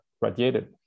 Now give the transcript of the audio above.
radiated